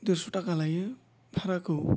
देरस' थाका लायो भाराखौ